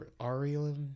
Ariel